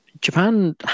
Japan